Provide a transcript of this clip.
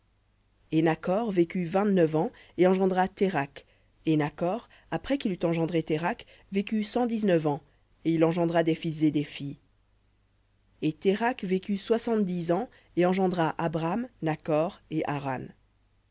et nakhor vécut vingt-neuf ans et engendra térakh et nakhor après qu'il eut engendré térakh vécut cent dix-neuf ans et il engendra des fils et des filles et térakh vécut soixante-dix ans et engendra abram nakhor et haran